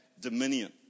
dominion